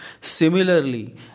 Similarly